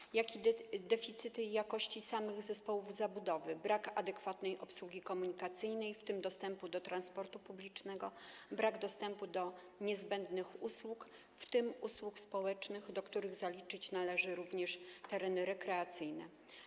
Występują też deficyty jakości samych zespołów zabudowy: brak adekwatnej obsługi komunikacyjnej, w tym dostępu do transportu publicznego, brak dostępu do niezbędnych usług, w tym usług społecznych, do których zaliczyć należy również tereny rekreacyjne.